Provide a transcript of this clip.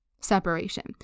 separation